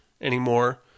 anymore